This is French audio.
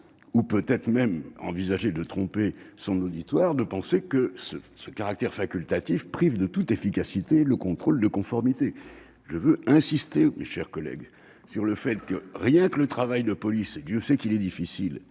ou peut-être envisager de tromper son auditoire, que de prétendre que ce caractère facultatif prive de toute efficacité le contrôle de conformité. Je veux y insister, mes chers collègues, rien que le travail de police- Dieu sait qu'il est difficile